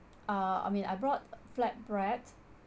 uh I mean I brought flatbread